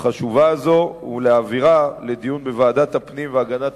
החשובה הזאת ולהעבירה לדיון בוועדת הפנים והגנת